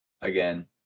again